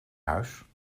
huis